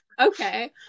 Okay